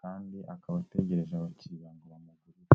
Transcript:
kandi akaba ategereje abakiriya ngo bamugirire.